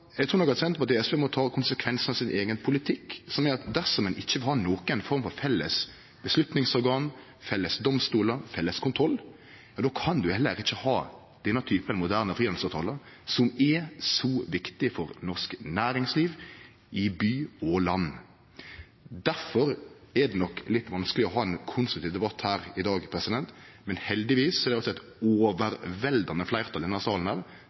Eg trur nok at Senterpartiet og SV må ta konsekvensen av sin eigen politikk, som er at dersom ein ikkje vil ha noko form for felles vedtaksorgan, felles domstolar og felles kontroll, då kan ein heller ikkje ha denne typen moderne frihandelsavtalar, som er så viktig for norsk næringsliv i by og land. Derfor er det litt vanskeleg å ha ein konstruktiv debatt her i dag. Men heldigvis er det eit overveldande fleirtal i denne salen